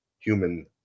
human